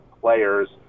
players